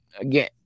again